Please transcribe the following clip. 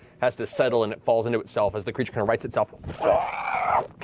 has to settle and it falls into itself as the creature kind of rights itself ah ah